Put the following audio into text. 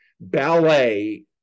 ballet